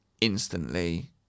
instantly